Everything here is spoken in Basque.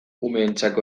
umeentzako